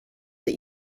that